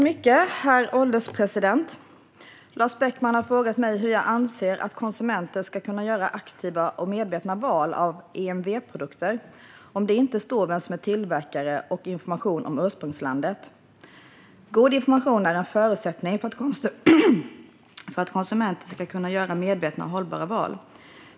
Herr ålderspresident! Lars Beckman har frågat mig hur jag anser att konsumenter ska kunna göra aktiva och medvetna val av EMV-produkter om det inte står vem som är tillverkare och finns information om ursprungsland. God information är en förutsättning för att konsumenter ska kunna göra medvetna och hållbara val.